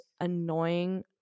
annoying